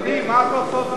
אדוני, מה תוצאות ההצבעה?